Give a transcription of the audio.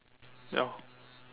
ya